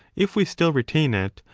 if we still retain it,